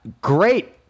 Great